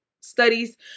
studies